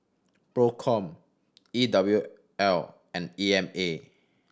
Procom E W L and E M A